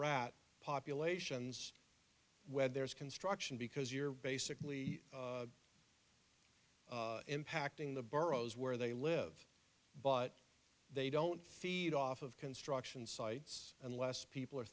rat populations where there's construction because you're basically impacting the boroughs where they live but they don't feed off of construction sites unless people are